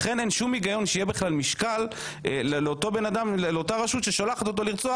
לכן אין שום הגיון שיהיה בכלל משקל לאותה רשות ששולחת את הבן אדם לרצוח